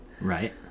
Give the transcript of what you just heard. right